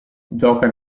gioca